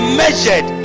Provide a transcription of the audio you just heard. measured